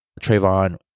Trayvon